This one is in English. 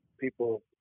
people